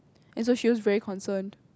and so she looks very concerned